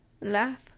laugh